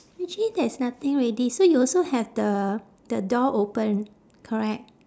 actually there's nothing already so you also have the the door open correct